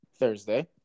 Thursday